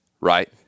right